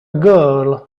girl